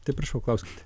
tai prašau klauskite